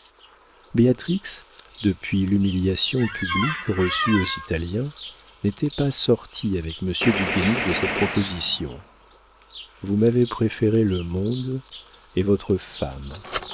béatrix depuis l'humiliation publique reçue aux italiens n'était pas sortie avec monsieur du guénic de cette proposition vous m'avez préféré le monde et votre femme